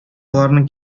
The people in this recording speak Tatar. аларның